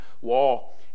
wall